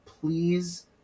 please